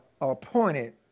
appointed